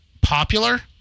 popular